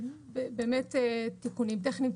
אלו באמת תיקונים טכניים.